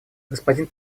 господин